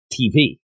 TV